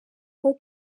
nko